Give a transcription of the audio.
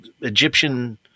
Egyptian